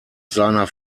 seiner